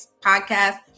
Podcast